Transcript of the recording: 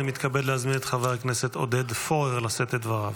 אני מתכבד להזמין את חבר הכנסת עודד פורר לשאת את דבריו.